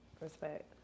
Respect